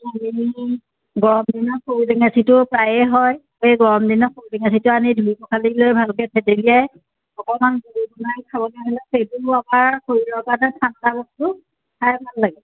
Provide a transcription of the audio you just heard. আৰু গৰম দিনত সৰু টেঙেচীটো প্ৰায়েই হয় সেই গৰম দিনত সৰু টেঙেচীটো আনি ধুই পখালি লৈ ভালকৈ থেতেলীয়াই অকণমান জোল বনাই খাব পাৰিলে সেইটোও আমাৰ শৰীৰৰ কাৰণে ঠাণ্ডা বস্তু খাই ভাল লাগে